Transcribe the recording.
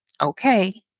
Okay